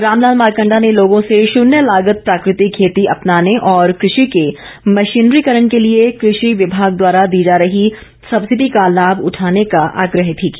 रामलाल मारकंडा ने लोगों से शून्य लागत प्राकृतिक खेती अपनाने और कृषि के मशीनीकरण के लिए कृषि विभाग द्वारा दी जा रही सब्सिडी का लाभ उठाने का आग्रह भी किया